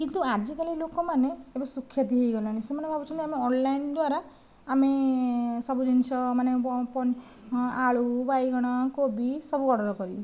କିନ୍ତୁ ଆଜିକାଲି ଲୋକ ମାନେ ଶିକ୍ଷିତ ହୋଇଗଲେଣି ସେମାନେ ଭାବୁଛନ୍ତି ଆମେ ଅନଲାଇନ୍ ଦ୍ଵାରା ଆମେ ସବୁ ଜିନିଷ ମାନେ ଆଳୁ ବାଇଗଣ କୋବି ସବୁ ଅର୍ଡ଼ର କରିବୁ